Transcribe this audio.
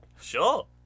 Sure